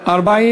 נתקבלו.